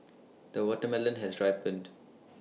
the watermelon has ripened